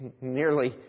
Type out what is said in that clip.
Nearly